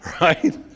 Right